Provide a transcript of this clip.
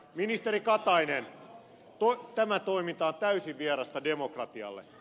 ministeri katainen tämä toiminta on täysin vierasta demokratialle